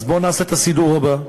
אז בואו נעשה את הסידור הבא: